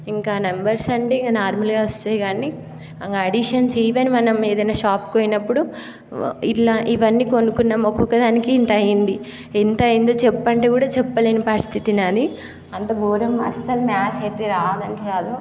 ఇంకా నంబర్స్ అంటే ఇక నార్మల్గా వస్తాయి కానీ అడిషన్స్ ఈవెన్ మనం ఏదైనా షాప్కి పోయినప్పుడు ఇట్లా ఇవన్నీ కొనుక్కున్నాము ఒక్కొక్కదానికి ఇంత అయింది ఎంత అయిందో చెప్పు అంటే కూడా చెప్పలేని పరిస్థితి నాది అంత గోరం అసలు మాథ్స్ అయితే రాదంటే రాదు